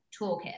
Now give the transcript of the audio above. toolkit